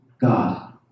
God